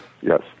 Yes